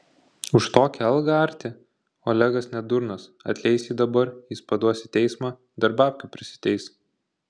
už tokią algą arti olegas ne durnas atleis jį dabar jis paduos į teismą dar babkių prisiteis